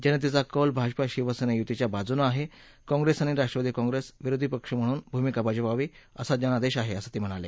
जनतेचा कौल भाजपा शिवसेना युतीच्या बाजूनं आहे काँग्रेस आणि राष्ट्रवादी काँग्रेसनं विरोधी पक्ष म्हणून भूमिका बजावावी असा जनादेश आहे असं ते म्हणाले